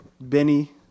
Benny